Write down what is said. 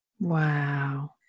Wow